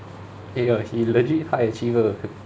ya he legit high achiever